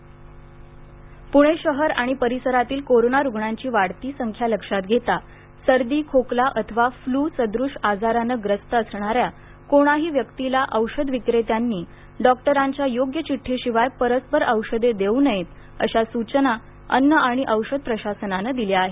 औषध विक्रेते सूचना प्रणे शहर आणि परिसरातील कोरोना रुग्णांची वाढती संख्या लक्षात घेता सर्दी खोकला अथवा फ्लू सद्रश् आजाराने ग्रस्त असणाऱ्या कोणाही व्यक्तीला औषध विक्रेत्यांनी डॉक्टरांच्या योग्य चिड्डीशिवाय परस्पर औषधे देऊ नयेत अशा सूचना अन्न आणि औषध प्रशासनानं दिल्या आहेत